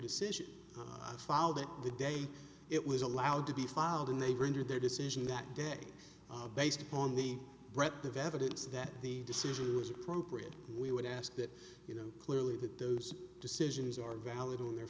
decision i followed it the day it was allowed to be filed and they were injured their decision that day based upon the breadth of evidence that the decision was appropriate we would ask that you know clearly that those decisions are valid on their